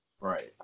Right